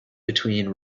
between